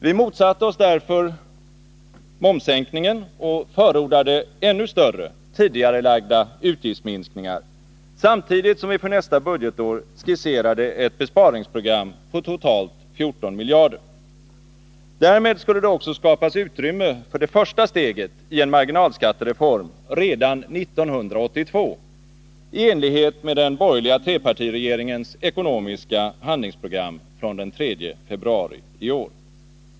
Vi motsatte oss därför momssänkningen och förordade ännu större tidigarelagda utgiftsminskningar, samtidigt som vi för nästa budgetår skisserade ett besparingsprogram på totalt 14 miljarder. Därmed skulle det också skapas utrymme för det första steget i en marginalskattereform redan 1982 i enlighet med den borgerliga trepartiregeringens ekonomiska handlingsprogram från den 3 februari i år.